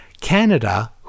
Canada